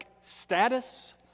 status